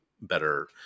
better